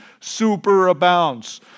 superabounds